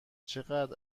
چقدر